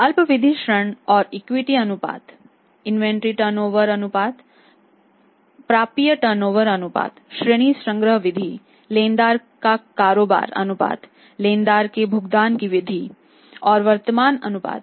अल्पावधि ऋण और इक्विटी अनुपात इन्वेंट्री टर्नओवर अनुपात प्राप्य टर्नओवर अनुपात ऋणी संग्रह अवधि लेनदार का कारोबार अनुपात लेनदार के भुगतान की अवधि और वर्तमान अनुपात